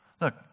Look